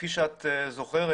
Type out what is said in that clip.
כפי שאת זוכרת,